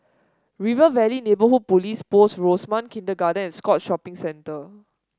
River Valley Neighbourhood Police Post Rosemount Kindergarten and Scotts Shopping Centre